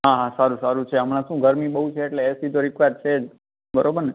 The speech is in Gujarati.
હા હા સારું સારું છે હમણાં શું ગરમી બહુ છે એટલે એ સી તો રિક્વાયર છે જ બરોબર ને